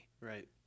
Right